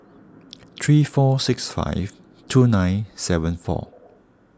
three four six five two nine seven four